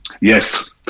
Yes